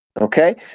okay